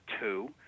two